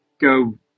go